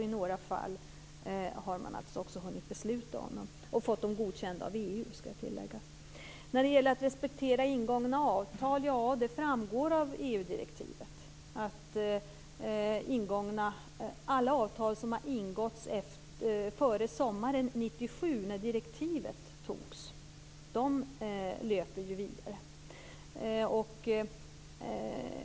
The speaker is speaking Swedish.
I några fall har man också hunnit besluta om den och fått den godkänd av När det gäller att respektera ingångna avtal framgår det av EU-direktivet att alla avtal som ingåtts före sommaren 1997, när direktivet togs, löper vidare.